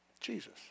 Jesus